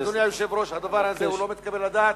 אדוני היושב-ראש, הדבר הזה לא מתקבל על הדעת.